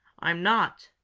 i'm not!